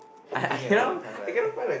looking at our kinda like